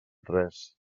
res